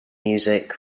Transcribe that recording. music